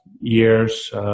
years